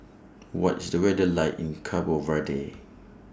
What IS The weather like in Cabo Verde